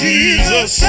Jesus